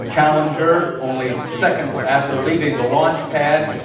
challenger, only seconds after leaving the launchpad,